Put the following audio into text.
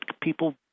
people